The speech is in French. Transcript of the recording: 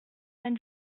vingt